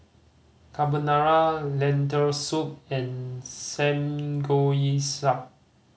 Carbonara Lentil Soup and Samgeyopsal